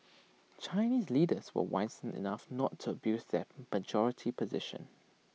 Chinese leaders were wise enough not to abuse their majority position